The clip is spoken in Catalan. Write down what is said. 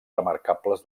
remarcables